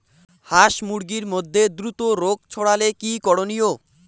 হাস মুরগির মধ্যে দ্রুত রোগ ছড়ালে কি করণীয়?